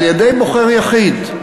על-ידי בוחר יחיד.